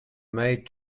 made